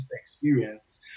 experiences